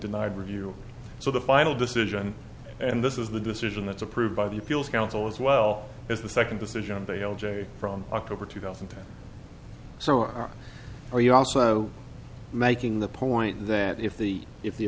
denied review so the final decision and this is the decision that's approved by the appeals council as well as the second decision they l j from october two thousand and ten so are you also making the point that if the if the